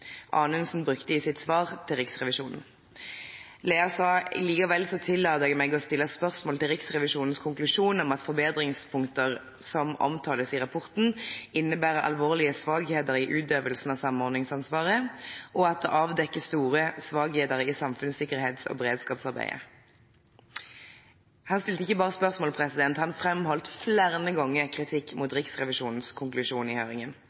Anundsen brukte i sitt svar til Riksrevisjonen. Lea sa: «Likevel tillater jeg meg å stille spørsmål til Riksrevisjonens konklusjon om at forbedringspunkter som omtales i rapporten, innebærer alvorlige svakheter i utøvelsen av samordningsansvaret, og at det avdekker store svakheter i samfunnssikkerhets- og beredskapsarbeidet.» Han stilte ikke bare spørsmål, han framholdt flere ganger kritikk mot Riksrevisjonens konklusjon i høringen.